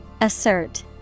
Assert